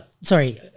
sorry